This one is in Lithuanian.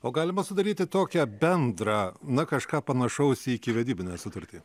o galima sudaryti tokią bendrą na kažką panašaus į ikivedybinę sutartį